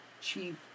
chief